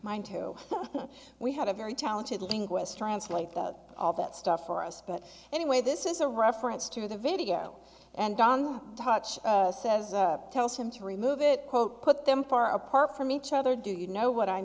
mine too we had a very talented linguist translate that all that stuff for us but anyway this is a reference to the video and don touch says tells him to remove it quote put them far apart from each other do you know what i